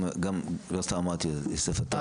גם לא סתם אמרתי יוסף עטאונה,